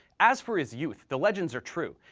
as for his youth, the legends are true.